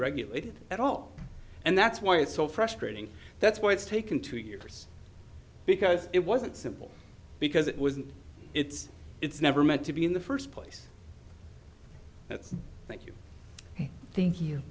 regulated at all and that's why it's so frustrating that's why it's taken two years because it wasn't simple because it was it's it's never meant to be in the first place that's thank you thank you